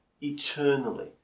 eternally